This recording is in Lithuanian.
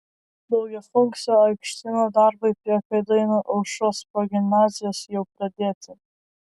daugiafunkcio aikštyno darbai prie kėdainių aušros progimnazijos jau pradėti